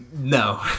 No